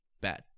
bad